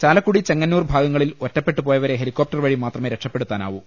ചാലക്കുടി ചെങ്ങന്നൂർ ഭാഗങ്ങളിൽ ഒറ്റപ്പെട്ടു പോയവരെ ഹെലികോപ്ടർ വഴി മാത്രമേ രക്ഷപ്പെടുത്താനാവൂ